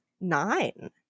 nine